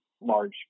large